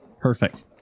Perfect